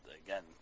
again